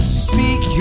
speak